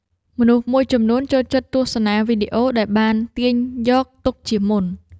មនុស្សមួយចំនួនចូលចិត្តទស្សនាវីដេអូដែលបានទាញយកទុកជាមុន។